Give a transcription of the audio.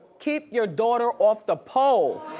keep your daughter off the pole.